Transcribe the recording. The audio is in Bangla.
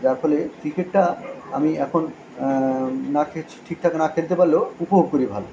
যার ফলে ক্রিকেটটা আমি এখন মাখে ঠিকঠাক না খেলতে পারলেও উপভোগ করি ভালো